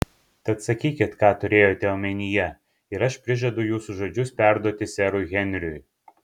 tad sakykit ką turėjote omenyje ir aš prižadu jūsų žodžius perduoti serui henriui